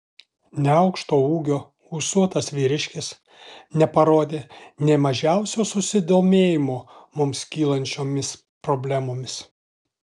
neaukšto ūgio ūsuotas vyriškis neparodė nė mažiausio susidomėjimo mums kylančiomis problemomis